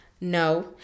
No